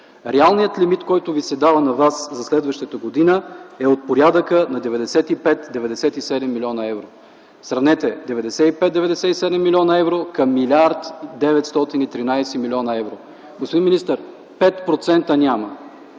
реалният лимит, който ви се дава за следващата година, е от порядъка на 95-97 млн. евро. Сравнете: 95 97 млн. евро към 1 млрд. 913 млн. евро! Господин министър, няма